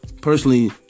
personally